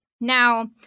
Now